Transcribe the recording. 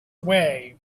way